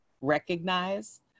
recognize